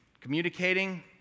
communicating